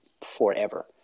forever